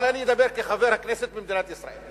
אבל אני אדבר כחבר הכנסת במדינת ישראל.